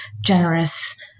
generous